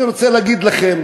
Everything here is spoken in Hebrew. אני רוצה להגיד לכם